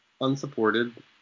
unsupported